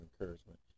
encouragement